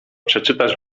przeczytasz